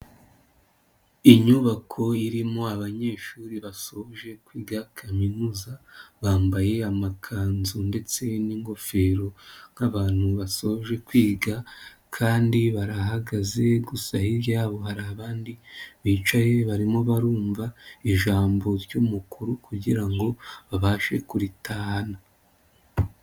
Inyubako irimo abanyeshuri basoje kwiga kaminuza, bambaye amakanzu ndetse n'ingofero nk'abantu basoje kwiga kandi barahagaze, gusa hiryabo hari abandi bicaye barimo barumva ijambo ry'umukuru kugira ngo babashe kuritahana.